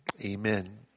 amen